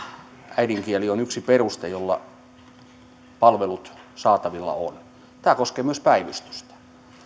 äidinkieli on yksi peruste jolla palvelut saatavilla ovat tämä koskee myös päivystystä